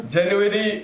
January